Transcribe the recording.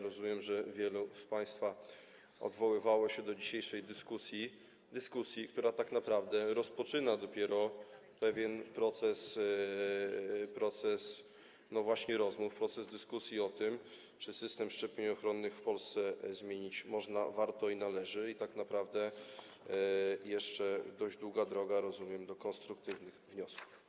Rozumiem, że wielu z państwa odwoływało się do dzisiejszej dyskusji, dyskusji, która tak naprawdę rozpoczyna dopiero pewien proces, właśnie proces rozmów, proces dyskusji o tym, czy system szczepień ochronnych w Polsce zmienić można, warto i należy, i tak naprawdę jeszcze dość długa droga, jak rozumiem, do konstruktywnych wniosków.